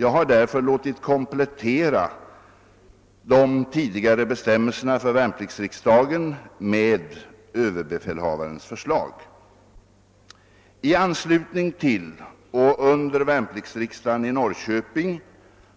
Jag har därför låtit komplettera de tidigare bestämmelserna för värn I anslutning till och under värnpliktsriksdagen i Norrköping